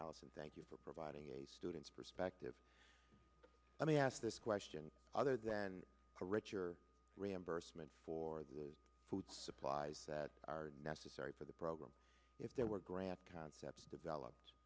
llison thank you for providing a student's perspective let me ask this question other than a richer reimbursement for the food supplies that are necessary for the program if there were grants concepts developed